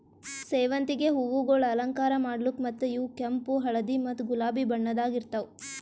ಸೇವಂತಿಗೆ ಹೂವುಗೊಳ್ ಅಲಂಕಾರ ಮಾಡ್ಲುಕ್ ಮತ್ತ ಇವು ಕೆಂಪು, ಹಳದಿ ಮತ್ತ ಗುಲಾಬಿ ಬಣ್ಣದಾಗ್ ಇರ್ತಾವ್